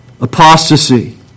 apostasy